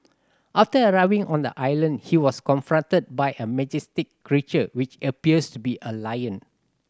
after arriving on the island he was confronted by a majestic creature which appears to be a lion